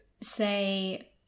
say